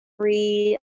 free